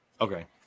okay